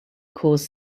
cause